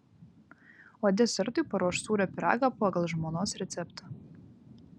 o desertui paruoš sūrio pyragą pagal žmonos receptą